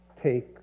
Take